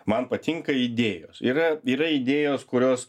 man patinka idėjos yra yra idėjos kurios